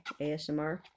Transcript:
ASMR